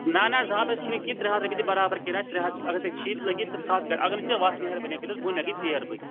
نہ نہ زٕ ہَتھ حظ چھُے نہٕ کینٛہہ ترٛےٚ ہَتھ رۄپیہٕ دِ بَرابر کِراے ترٛےٚ ہَتھ اگر ژےٚ چھی لَگی تہٕ کھَس گاڑِ اگر نہٕ چھی وَس مہربٲنی کٔرِتھ بۄن مےٚ گَژھِ ژیر بٕتھِ